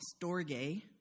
storge